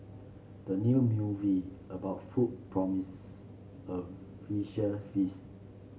the new movie about food promises a visual feast